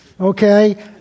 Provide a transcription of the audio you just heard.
okay